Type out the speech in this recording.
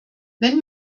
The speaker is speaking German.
wenn